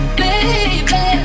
baby